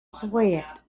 sweat